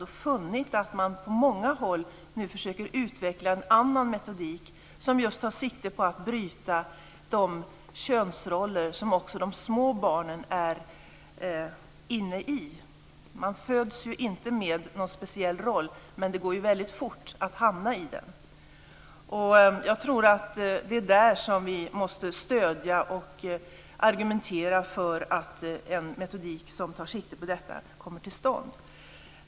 Jag har funnit att man på många håll nu försöker att utveckla en annan metodik som just tar sikte på att bryta de könsroller som också de små barnen är inne i. Man föds ju inte med någon speciell roll, men det går väldigt fort att hamna i den. Det är där vi måste stödja och argumentera för att en metodik som tar sikte på detta kommer till stånd.